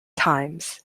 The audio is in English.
times